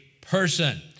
person